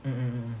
mmhmm